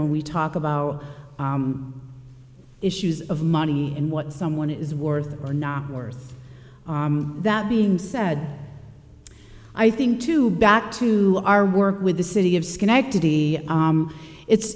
when we talk about issues of money and what someone is worth or not worth that being said i think to back to our work with the city of schenectady it's